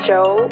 Joe